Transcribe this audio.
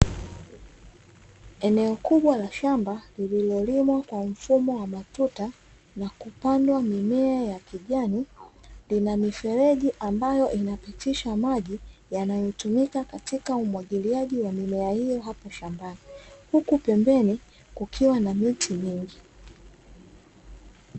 Eneo kubwa la shamba lililolimwa kwa mfumo wa matuta na kupandwa mimea ya kijani, lina mifereji ambayo inapitisha maji yanayotumika katika umwagiliaji wa mimea hiyo hapo shambani, huku pembeni kukiwa na miti mingi.